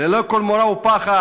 ללא כל מורא ופחד,